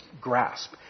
grasp